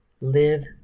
live